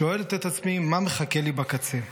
/ שואלת את עצמי, מה מחכה לי בקצה?